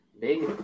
big